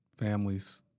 families